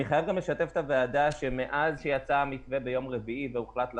מאז שיצא המתווה ביום רביעי והוחלט לחזור,